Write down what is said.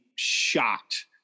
shocked